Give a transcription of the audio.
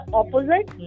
opposite